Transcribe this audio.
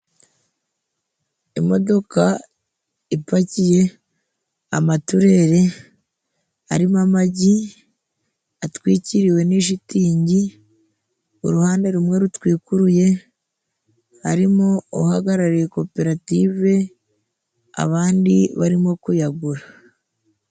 Imodoka ipakiye amaturere arimo amagi atwikiriwe n' ishitingi uruhande rumwe rutwikuruye, harimo uhagarariye koperative ,abandi barimo kuyagura.